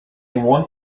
want